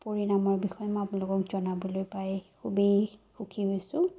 পৰিণামৰ বিষয়ে মই আপোনালোকক জনাবলৈ পাই খুবেই সুখী হৈছোঁ